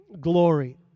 glory